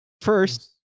First